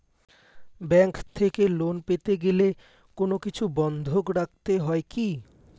Bank থেকে loan পেতে গেলে কোনো কিছু বন্ধক রাখতে হয় কি?